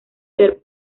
ser